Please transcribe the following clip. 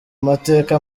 mateka